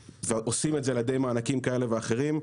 ועושים את זה על ידי מענקים כאלה ואחרים.